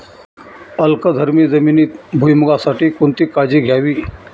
अल्कधर्मी जमिनीत भुईमूगासाठी कोणती काळजी घ्यावी?